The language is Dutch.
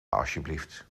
alsjeblieft